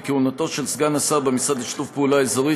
כי כהונתו של סגן השר במשרד לשיתוף פעולה אזורי,